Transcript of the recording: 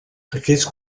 aquest